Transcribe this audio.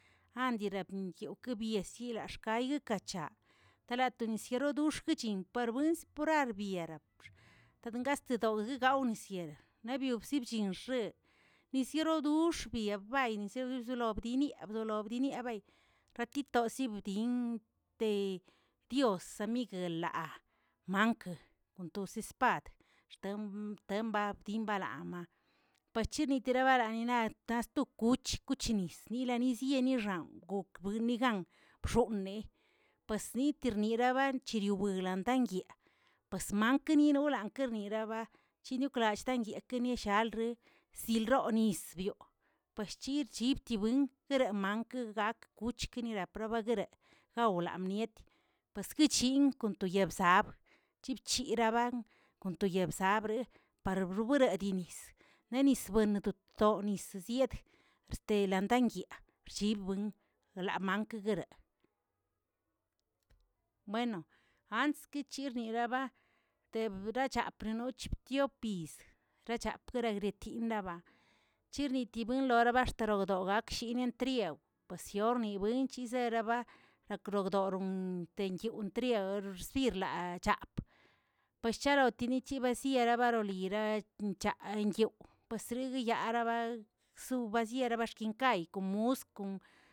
Andirapyinyi kibiesilax layukacha talatonosieru xkuchin parens purar dierapx, todengastedaw gawnisyedeꞌ nebyonshibchinx nisieroꞌ dux niebbay nisierolob dini lobdinibay ratitosibdi mte yoz sanmiglelaꞌa, mankə toseꞌ espad, xtem xtembabdiꞌ babadinlamaꞌa pachiniterarabani naꞌsta to kuch kuchinis yinayinisyeixaw okbonigan bxooneꞌ, pasnirirabachi wiglandayee pues mankininoolə kerniraꞌaba yinoklallꞌdanyee nieshalree silroo nisbioꞌ, pues chib chibtidioꞌ jeremakəlaa kuchkiniranparbe gaolamiet pues kichin konto yebbzab chibchiraban kontoyebzabreꞌe parebxoboderini nenisbendotoꞌo yisizied, este landankiyaꞌ xllibwin lamankeꞌ guereꞌe, bueno ants kichirniniba teberbxa parnoch diopyiz rachapgreretilaba chirnitilodan baxtelgordoloko chinientriew pasiorni wench zeraba yakrogdodon nyetiw trerian xsirlaapꞌ pues sharochiritinibsiꞌ yabaroriya wchaꞌ nyew' ziriguiyagabaa xzyoobarsegaya kay komost